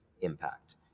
impact